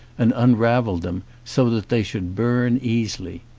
and unravelled them, so that they should burn easily.